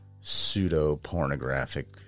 pseudo-pornographic